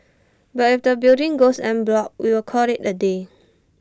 but if the building goes en bloc we will call IT A day